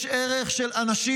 יש ערך של אנשים,